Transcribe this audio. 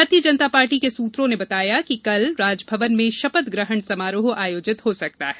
भारतीय जनता पार्टी के सूत्रों ने बताया कि कल राजभवन में शपथ ग्रहण समारोह आयोजित हो सकता है